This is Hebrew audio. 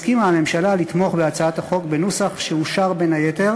הסכימה הממשלה לתמוך בהצעת החוק בנוסח שאושר בין היתר